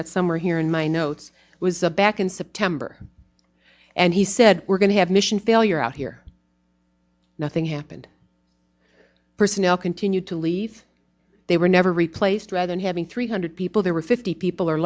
that somewhere here in my notes was a back in september and he said we're going to have mission failure out here nothing happened personnel continue to leave they were never replaced rather than having three hundred people there were fifty people